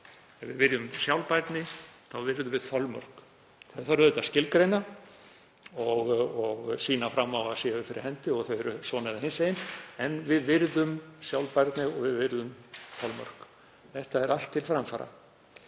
Ef við viljum sjálfbærni þá virðum við þolmörk. Þau þarf auðvitað að skilgreina og sýna fram á að þau séu fyrir hendi og séu svona eða hinsegin. En við virðum sjálfbærni og við virðum þolmörk. Þetta er allt til framfara.